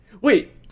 Wait